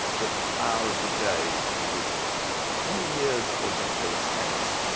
but the hour of the day of the eclipse many years or decades hence.